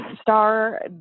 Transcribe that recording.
star